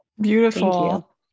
Beautiful